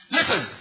Listen